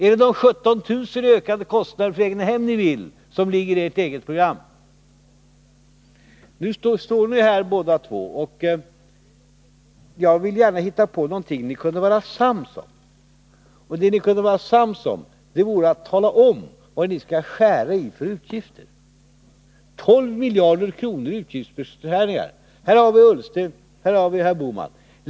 Är det de 17 000 kronornai ert eget program i ökad kostnad för eget hem som ni vill ha? Nu står ni här båda två. Jag vill gärna hitta på någonting som ni kunde vara sams om. Det ni kunde vara sams om vore att tala om vilka utgifter ni skall skära i. Här har vi 12 miljarder kronor i utgiftsnedskärningar, och här har vi herr Ullsten och herr Bohman.